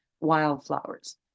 wildflowers